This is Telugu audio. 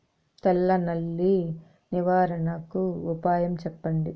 తెల్ల నల్లి నివారణకు ఉపాయం చెప్పండి?